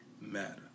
matter